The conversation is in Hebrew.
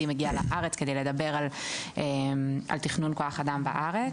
מגיע לארץ כדי לדבר על תכנון כוח אדם בארץ.